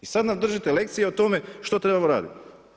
I sad nam držite lekcije o tome što trebamo radit.